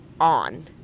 on